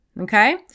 Okay